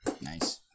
Nice